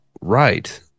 right